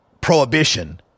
prohibition